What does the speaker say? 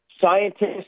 scientists